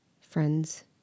friends